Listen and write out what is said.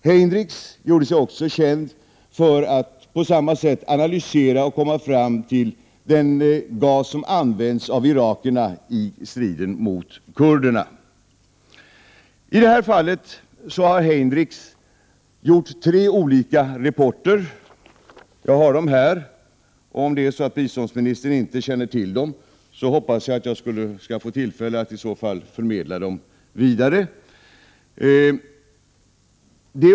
Heyndrickx gjorde sig också känd för att på samma sätt ha analyserat och kommit fram till vilken gas som har använts av irakierna i striden mot kurderna. I detta fall har Heyndrickx avgivit tre olika rapporter. Jag har dem här. Om biståndsministern inte känner till dem, hoppas jag att jag skall få tillfälle att förmedla dem vidare.